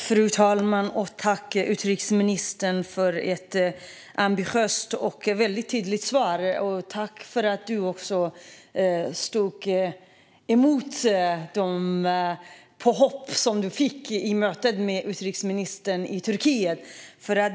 Fru talman! Tack, utrikesministern, för ett ambitiöst och väldigt tydligt svar! Tack för att du också stod emot de påhopp som du fick i mötet med utrikesministern i Turkiet.